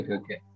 okay